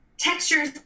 textures